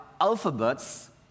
alphabets